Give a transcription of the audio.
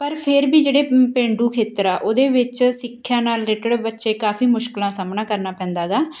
ਪਰ ਫਿਰ ਵੀ ਜਿਹੜੇ ਪੇਂਡੂ ਖੇਤਰ ਆ ਉਹਦੇ ਵਿੱਚ ਸਿੱਖਿਆ ਨਾਲ ਰਿਲੇਟਡ ਬੱਚੇ ਕਾਫ਼ੀ ਮੁਸ਼ਕਿਲਾਂ ਸਾਹਮਣਾ ਕਰਨਾ ਪੈਂਦਾ ਗਾ